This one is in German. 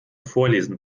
vorlesen